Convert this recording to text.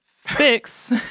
fix